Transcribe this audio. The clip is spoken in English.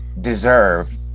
deserve